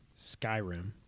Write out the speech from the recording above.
Skyrim